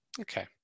Okay